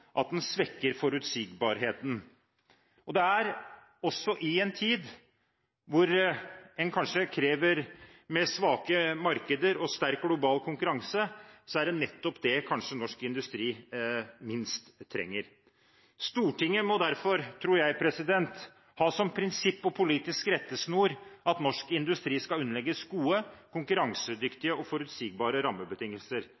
at man svekker forutsigbarheten. I en tid med svake markeder og sterk global konkurranse er det nettopp hva norsk industri kanskje minst trenger. Stortinget må derfor – tror jeg – ha som prinsipp og politisk rettesnor at norsk industri skal underlegges gode,